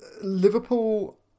Liverpool